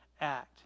act